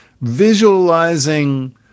visualizing